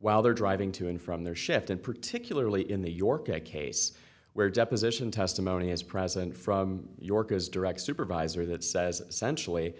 while they're driving to and from their shift and particularly in the york a case where deposition testimony is present from york as direct supervisor that says essentially